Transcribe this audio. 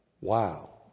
wow